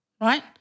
right